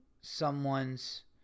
someone's